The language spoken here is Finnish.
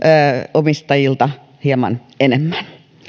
omistajilta hieman enemmän